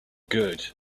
good